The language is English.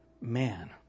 Man